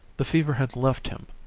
the fever had left him,